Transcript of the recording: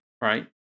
right